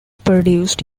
produced